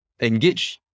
engage